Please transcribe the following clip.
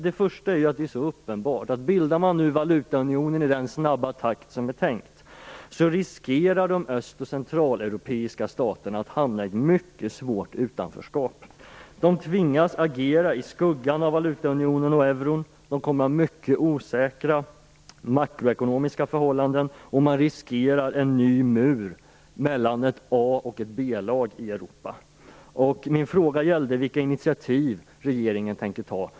Det är helt uppenbart att om man bildar valutaunionen i den snabba takt som är tänkt, så riskerar de öst och centraleuropeiska staterna att hamna i ett mycket svårt utanförskap. De tvingas agera i skuggan av valutaunionen och euron. De kommer att ha mycket osäkra makroekonomiska förhållanden. Man riskerar att det blir en ny mur mellan ett A och B-lag i Europa. Min fråga gällde vilket initiativ regeringen tänker ta.